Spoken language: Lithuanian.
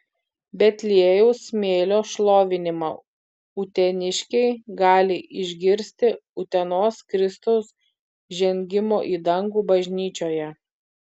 betliejaus smėlio šlovinimą uteniškiai gali išgirsti utenos kristaus žengimo į dangų bažnyčioje